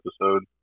episode